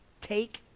Take